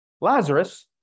Lazarus